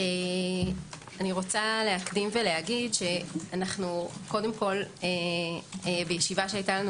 אני רוצה להקדים ולומר שאנו בישיבה שהיתה לנו